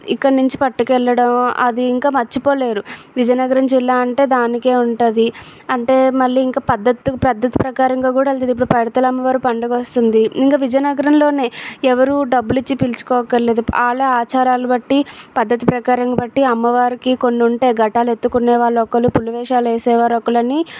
ఇక్కడ నుంచి పట్టుకు వెళ్ళడం అది ఇంకా మర్చిపోలేరు విజయనగరం జిల్లా అంటే దానికిఉంటుంది అంటే మళ్ళీ ఇంకా పద్ధతి పద్ధతి ప్రకారంగా కూడా అంటే ఇప్పుడు పైడితల్లి అమ్మవారు అమ్మ పండుగ వస్తుంది ఇంకా విజయనగరంలో ఎవరు డబ్బులు ఇచ్చి పిలుచుకో అక్కర్లేదు వాళ్ళు ఆచారాలు బట్టి పద్ధతి ప్రకారాన్ని బట్టి అమ్మవారికి కొన్ని ఉంటాయి ఘటాలు ఎత్తుకునే వాళ్ళు ఒకరు పులి వేషాలు వేసే వాళ్ళు ఒకరు అని